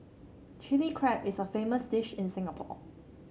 Chilli Crab is a famous dish in Singapore